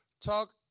talk